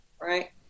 right